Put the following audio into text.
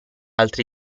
altri